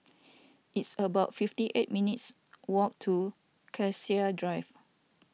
it's about fifty eight minutes' walk to Cassia Drive